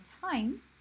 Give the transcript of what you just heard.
time